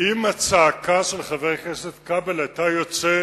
אם הצעקה של חבר הכנסת כבל היתה יוצאת